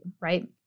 right